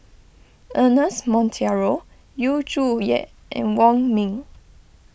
Ernest Monteiro Yu Zhuye and Wong Ming